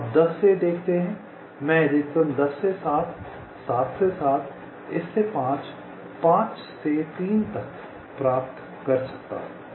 आप 10 से देखते हैं मैं अधिकतम 10 से 7 7 से 7 इस से 5 5 से 3 तक प्राप्त कर सकता हूं